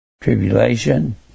tribulation